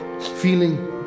feeling